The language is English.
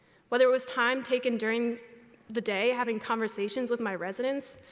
whether it was time taken during the day having conversations with my residents,